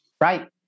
Right